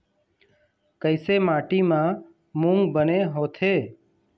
कइसे माटी म मूंग बने होथे?